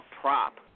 prop